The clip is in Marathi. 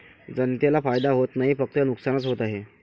जनतेला फायदा होत नाही, फक्त नुकसानच होत आहे